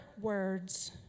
words